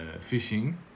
fishing